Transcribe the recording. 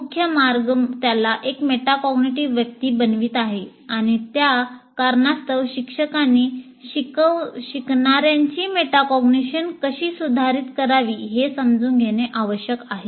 मुख्य मार्ग त्याला एक मेटाकॉग्निटिव्ह व्यक्ती बनवित आहे आणि त्या कारणास्तव शिक्षकांनी शिकणार्याची मेटाकग्निशन कशी सुधारित करावी हे समजून घेणे आवश्यक आहे